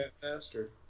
faster